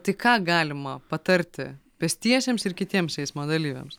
tai ką galima patarti pėstiesiems ir kitiems eismo dalyviams